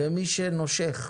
למי שנושך,